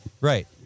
Right